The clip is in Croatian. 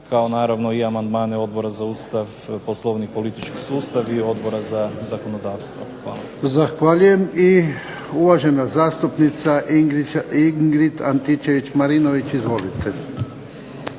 kao naravno i amandmane Odbora za Ustav, Poslovnik, politički sustav i Odbora za zakonodavstvo. Hvala.